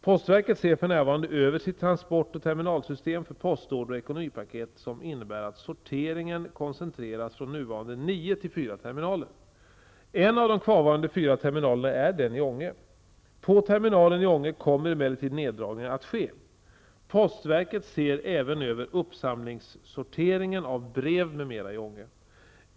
Postverket ser för närvarande över sitt transportoch terminalsystem för postorder och ekonomipaket som innebär att sorteringen koncentreras från nuvarande nio till fyra terminaler. En av de kvarvarande fyra terminalerna är den i Ånge. På terminalen i Ånge kommer emellertid neddragningar att ske. Postverket ser även över uppsamlingssorteringen av brev m.m. i Ånge.